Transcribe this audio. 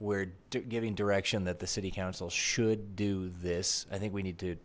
we're giving direction that the city council should do this i think we need to